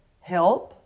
help